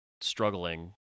struggling